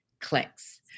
clicks